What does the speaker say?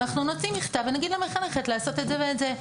אנחנו נוציא מכתב ונגיד למחנכת לעשות את זה ואת זה.